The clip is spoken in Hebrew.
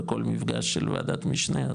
בכל מפגש של וועדת משנה,